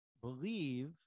believe